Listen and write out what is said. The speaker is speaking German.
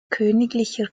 königlicher